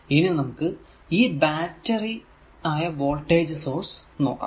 ഇനി നമുക്ക് ഈ ബാറ്ററി ആയ വോൾടേജ് സോഴ്സ് നോക്കാം